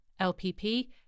LPP